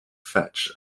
fetch